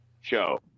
show